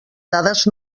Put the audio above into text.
dades